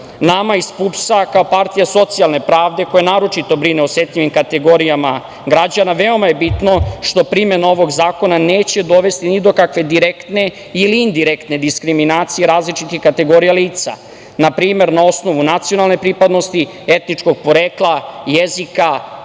iz PUPS-a, kao partija socijalne pravde koja naročito brine o osetljivim kategorijama građana, veoma je bitno što primena ovog zakona neće dovesti ni do kakve direktne ili indirektne diskriminacije različitih kategorija lica. Na primer, na osnovu nacionalne pripadnosti, etničkog porekla, jezika,